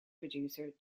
producer